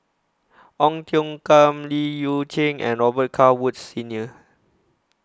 Ong Tiong Khiam Li Yu Cheng and Robet Carr Woods Senior